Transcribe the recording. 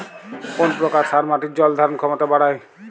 কোন প্রকার সার মাটির জল ধারণ ক্ষমতা বাড়ায়?